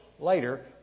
Later